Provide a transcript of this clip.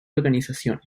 organización